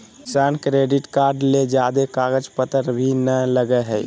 किसान credit card ले ज्यादे कागज पतर भी नय लगय हय